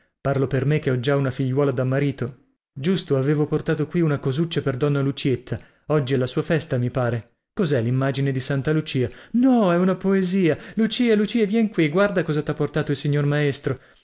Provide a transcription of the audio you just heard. parlo per me che ho già una figliuola da marito giusto avevo portato qui una cosuccia per donna lucietta oggi è la sua festa mi pare cosè limmagine di santa lucia no una poesia lucia lucia vien qui guarda cosa tha portato il signor maestro